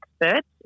experts